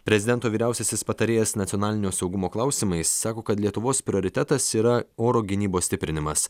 prezidento vyriausiasis patarėjas nacionalinio saugumo klausimais sako kad lietuvos prioritetas yra oro gynybos stiprinimas